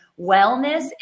wellness